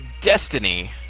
Destiny